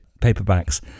paperbacks